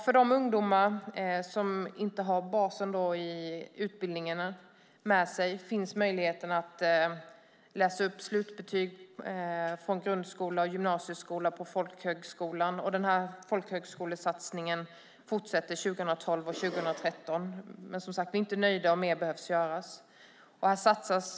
För de ungdomar som inte har basen i utbildningen med sig finns möjligheten att läsa upp slutbetyg från grundskola och gymnasieskola på folkhögskola. Folkhögskolesatsningen fortsätter 2012 och 2013. Men, som sagt, vi är inte nöjda, och mer behöver göras.